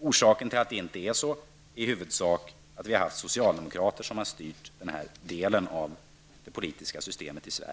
Orsaken till att det inte är så är i huvudsak att socialdemokrater har styrt den här delen av det politiska systemet i